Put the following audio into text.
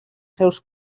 seus